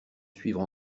suivre